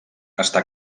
està